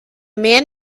man